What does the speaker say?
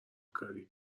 کاریه